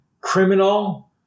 criminal